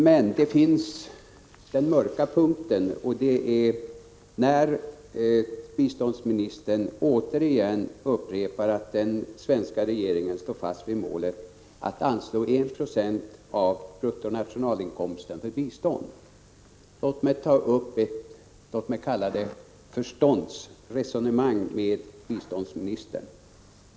Men det finns en mörk punkt, och det är när biståndsministern återigen upprepar att den svenska regeringen står fast vid målet att anslå 1 90 av bruttonationalinkomsten för bistånd. Låt mig ta upp ett ”förståndsresonemang” med biståndsministern.